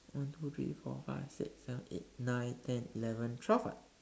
one two three four five six seven eight nine ten eleven twelve [what]